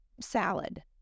salad